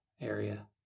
area